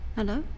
Hello